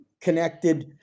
connected